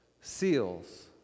seals